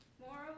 Moreover